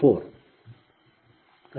2174